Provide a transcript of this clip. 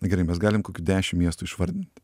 na gerai mes galim kokių dešim miestų išvardint